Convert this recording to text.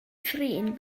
thrin